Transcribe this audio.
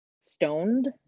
stoned